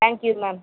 thank you ma'am